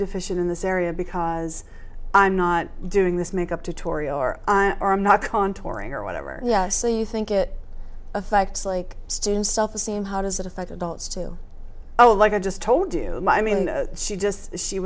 deficient in this area because i'm not doing this makeup to tori or i'm not contouring or whatever yeah so you think it affects like students self esteem how does it affect adults too oh like i just told you i mean she just she